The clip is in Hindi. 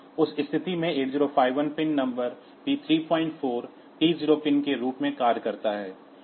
उस स्थिति में 8051 pin number P34 T0 pin के रूप में कार्य करता है